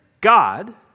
God